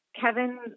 Kevin